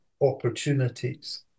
opportunities